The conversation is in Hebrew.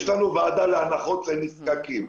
יש לנו ועדת הנחות לנזקקים.